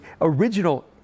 original